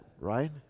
right